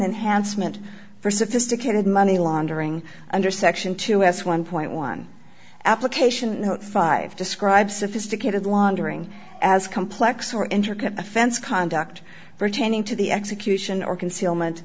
enhancement for sophisticated money laundering under section two dollars s one dollar application five describe sophisticated laundering as complex or intricate offense conduct pertaining to the execution or concealment